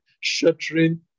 shattering